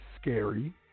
scary